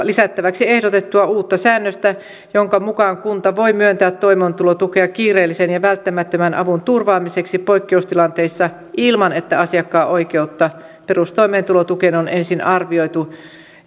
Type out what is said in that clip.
lisättäväksi ehdotettua uutta säännöstä jonka mukaan kunta voi myöntää toimeentulotukea kiireellisen ja välttämättömän avun turvaamiseksi poikkeustilanteissa ilman että asiakkaan oikeutta perustoimeentulotukeen on ensin arvioitu